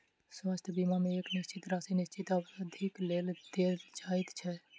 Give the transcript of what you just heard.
स्वास्थ्य बीमा मे एक निश्चित राशि निश्चित अवधिक लेल देल जाइत छै